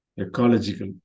ecological